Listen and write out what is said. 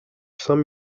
saint